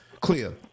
clear